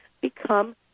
become